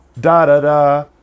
da-da-da